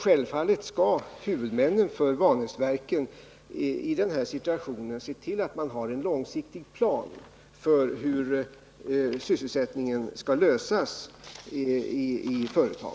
Självfallet skall huvudmännen för Vanäsverken i den rådande situationen se till att ha en långsiktig plan för hur frågorna om sysselsättningen i företaget skall lösas.